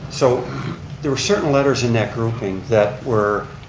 so there were certain letters in that grouping that were